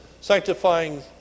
sanctifying